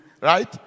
right